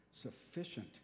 sufficient